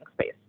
space